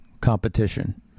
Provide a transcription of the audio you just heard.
competition